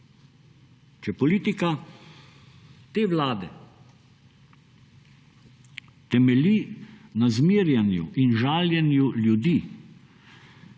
Če politika te vlade temelji na zmerjanju in žaljenju ljudi,